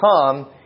come